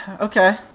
Okay